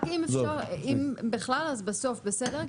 רק אם אפשר, בסוף, בסדר?